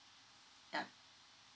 yup